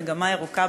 מ"מגמה ירוקה",